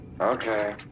Okay